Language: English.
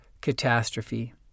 catastrophe